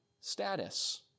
status